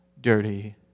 dirty